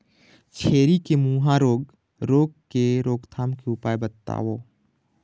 छेरी के मुहा रोग रोग के रोकथाम के उपाय बताव?